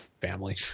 family